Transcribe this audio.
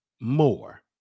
more